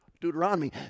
Deuteronomy